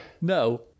No